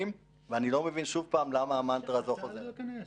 ואני לא מבין למה המנטרה הזאת חוזרת שוב.